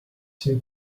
too